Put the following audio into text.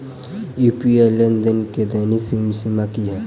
UPI लेनदेन केँ दैनिक सीमा की है?